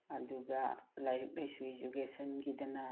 ꯑꯗꯨꯒ ꯂꯥꯏꯔꯤꯛ ꯂꯥꯏꯁꯨ ꯏꯖꯨꯀꯦꯁꯟꯒꯤꯗꯅ